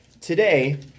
Today